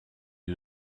who